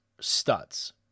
studs